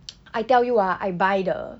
I tell you ah I buy the